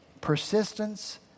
persistence